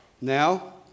now